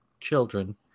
children